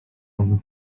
owych